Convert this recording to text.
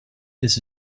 this